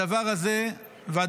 הדבר הזה עוגן,